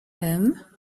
him